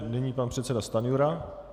Nyní pan předseda Stanjura.